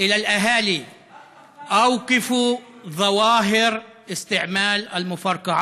ולהורים ודורש מהם: הפסיקו את השימוש בנפצים.